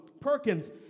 Perkins